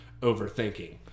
overthinking